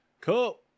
Cool